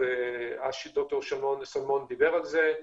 ושוב, דוקטור אשר שלמון דיבר על זה,